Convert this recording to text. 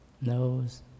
nose